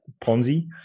Ponzi